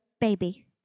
baby